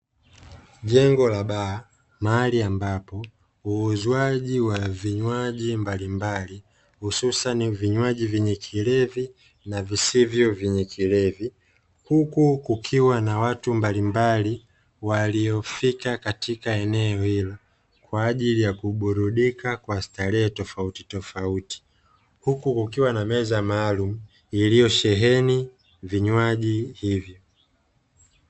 Jengo la baa mahali ambapo uuzwaji wa vinywaji mbalimbali hususani vinywaji vyenye kilevi na visivyo vyenye kilevi, huku kukiwa na watu mbalimbali waliofika katika eneo hilo, kwa ajili ya kuburudika kwa starehe tofauti tofauti, huku kukiwa na meza maalum iliyosheheni vinywaji hivo.